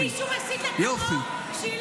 אם מישהו מסית לטרור, שילך לכלא.